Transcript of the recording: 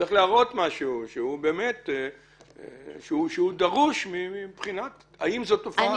צריך להראות האם זה משהו שהוא דרוש כי זו תופעה חברתית.